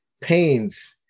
pains